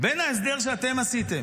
בין ההסדר שאתם עשיתם,